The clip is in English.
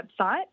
website